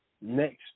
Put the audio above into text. next